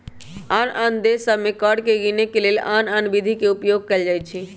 आन आन देश सभ में कर के गीनेके के लेल आन आन विधि के उपयोग कएल जाइ छइ